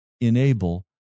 enable